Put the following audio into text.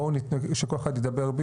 בואו שכל אחד ידבר,